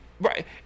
Right